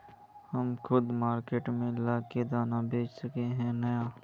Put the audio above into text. हम खुद मार्केट में ला के दाना बेच सके है नय?